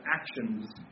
actions